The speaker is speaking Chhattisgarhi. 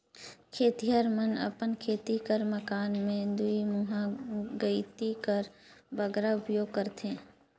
खेतिहर मन अपन खेती कर काम मे दुईमुहा गइती कर बगरा उपियोग करथे